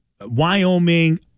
Wyoming